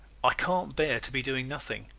i can't bear to be doing nothing!